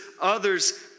others